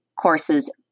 courses